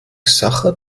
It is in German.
sacher